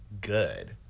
good